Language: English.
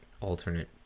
alternate